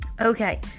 Okay